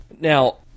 Now